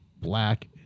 black